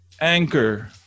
Anchor